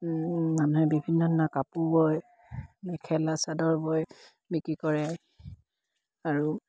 মানুহে বিভিন্ন ধৰণৰ কাপোৰ বয় মেখেলা চাদৰ বয় বিক্ৰী কৰে আৰু